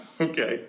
Okay